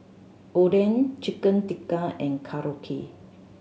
Oden Chicken Tikka and Korokke